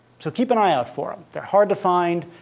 so keep an eye out for them. they're hard to find,